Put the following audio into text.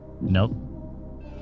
Nope